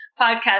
podcast